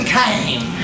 came